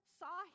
saw